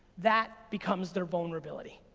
that becomes their vulnerability.